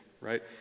right